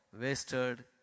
wasted